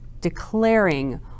declaring